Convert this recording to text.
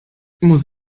muss